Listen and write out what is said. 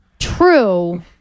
True